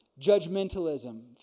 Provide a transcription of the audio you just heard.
judgmentalism